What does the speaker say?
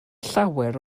llawer